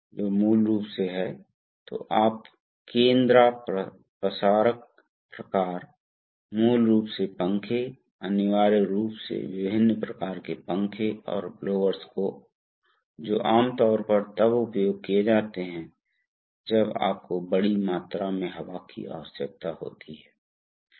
इसलिए आपके पास बल के अनुपात के लिए एक निरंतर करंट है इसलिए यदि आप करना चाहते हैं तो आप बल को नियंत्रित करना चाहते हैं तो यह करंट को नियंत्रित करने के बराबर है